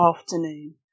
afternoon